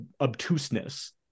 obtuseness